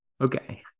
okay